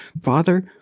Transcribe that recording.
Father